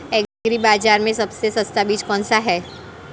Agree बाज़ार में सबसे सस्ता बीज कौनसा है?